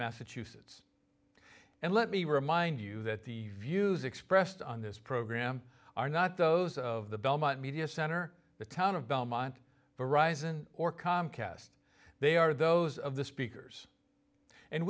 massachusetts and let me remind you that the views expressed on this program are not those of the belmont media center the town of belmont arisan or comcast they are those of the speakers and